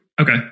Okay